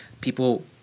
People